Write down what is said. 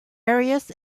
areas